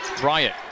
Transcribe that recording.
Bryant